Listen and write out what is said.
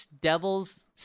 Devils